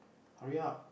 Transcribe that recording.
hurry up